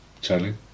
Charlie